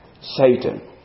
Satan